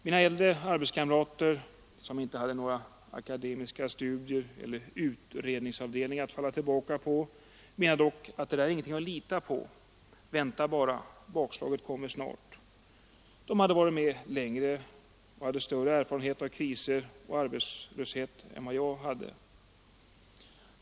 Mina äldre arbetskamrater, som inte hade några akademiska studier eller utredningsavdelningar att falla tillbaka på, menade dock att det där är ingenting att lita på — vänta bara, bakslaget kommer snart. De hade varit med längre och hade större erfarenhet av kriser och arbetslöshet än jag.